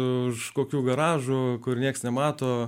už kokių garažų kur nieks nemato